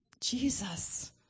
Jesus